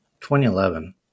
2011